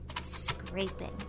Scraping